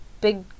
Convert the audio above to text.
big